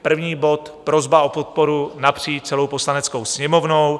První bod: prosba o podporu napříč celou Poslaneckou sněmovnou.